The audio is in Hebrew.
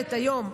מסוגלת היום,